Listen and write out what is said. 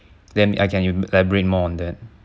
then I can e~ elaborate more on that